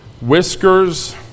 whiskers